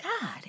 God